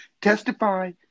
testify